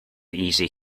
easy